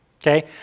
okay